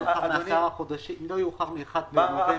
אנחנו אחרי שהבטחנו כל כך הרבה פעמים